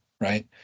right